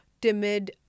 timid